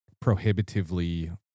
prohibitively